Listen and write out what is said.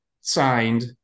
signed